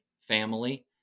family